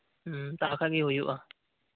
ᱛᱟᱦᱞᱮ ᱠᱷᱟᱱ ᱜᱮ ᱦᱩᱭᱩᱜᱼᱟ